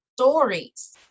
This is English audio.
stories